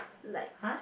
like